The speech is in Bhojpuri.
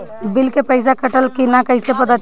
बिल के पइसा कटल कि न कइसे पता चलि?